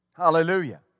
Hallelujah